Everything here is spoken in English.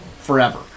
forever